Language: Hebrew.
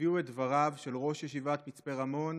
הביאו את דבריו של ראש ישיבת מצפה רמון